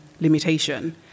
limitation